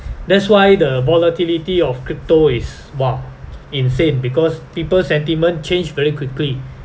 that's why the volatility of crypto is !wah! insane because people's sentiment change very quickly